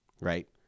Right